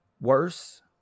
worse